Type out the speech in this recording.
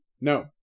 No